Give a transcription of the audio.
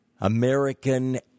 American